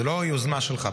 זו לא יוזמה שלך.